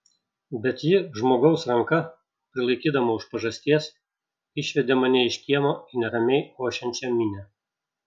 bet ji žmogaus ranka prilaikydama už pažasties išvedė mane iš kiemo į neramiai ošiančią minią